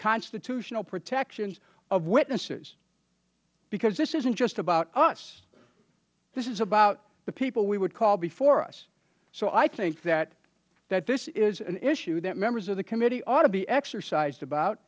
constitutional protections of witnesses because this isn't just about us this is about the people we would call before us so i think that this is an issue that members of the committee ought to be exercised about